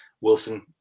Wilson